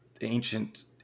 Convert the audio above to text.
ancient